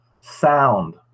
sound